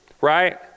Right